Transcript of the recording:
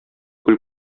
күл